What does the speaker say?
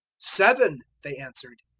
seven, they answered.